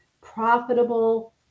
profitable